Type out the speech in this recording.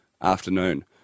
afternoon